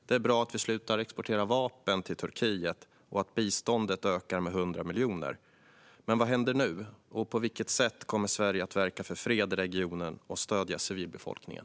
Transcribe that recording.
Det är bra att vi slutar exportera vapen till Turkiet och att biståndet ökar med 100 miljoner. Men vad händer nu, och på vilket sätt kommer Sverige att verka för fred i regionen och stödja civilbefolkningen?